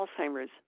Alzheimer's